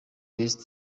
best